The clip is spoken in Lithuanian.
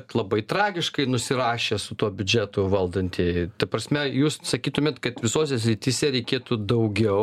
kad labai tragiškai nusirašė su tuo biudžetu valdantieji ta prasme jūs sakytumėt kad visose srityse reikėtų daugiau